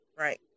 Right